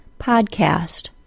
podcast